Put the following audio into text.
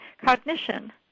cognition